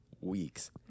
Weeks